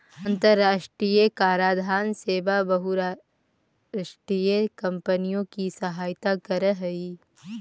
अन्तराष्ट्रिय कराधान सेवा बहुराष्ट्रीय कॉम्पनियों की सहायता करअ हई